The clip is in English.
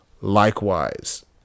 likewise